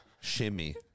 shimmy